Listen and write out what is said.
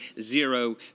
zero